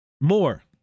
More